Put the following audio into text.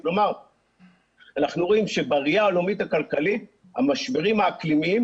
כלומר אנחנו רואים שבראיה הלאומית-הכלכלית המשברים האקלימיים,